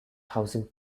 housing